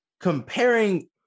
comparing